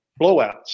blowouts